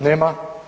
Nema.